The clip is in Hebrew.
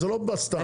זה לא בא סתם,